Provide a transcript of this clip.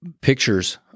Pictures